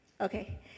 okay